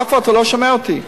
עפו, אתה לא שומע אותי.